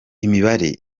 imibare